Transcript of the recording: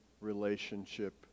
relationship